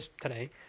today